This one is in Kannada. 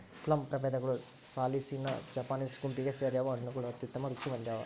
ಪ್ಲಮ್ ಪ್ರಭೇದಗಳು ಸಾಲಿಸಿನಾ ಜಪಾನೀಸ್ ಗುಂಪಿಗೆ ಸೇರ್ಯಾವ ಹಣ್ಣುಗಳು ಅತ್ಯುತ್ತಮ ರುಚಿ ಹೊಂದ್ಯಾವ